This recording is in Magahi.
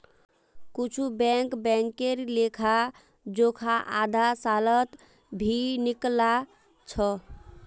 कुछु बैंक बैंकेर लेखा जोखा आधा सालत भी निकला छ